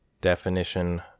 Definition